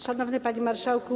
Szanowny Panie Marszałku!